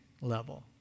level